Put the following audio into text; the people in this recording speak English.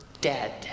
dead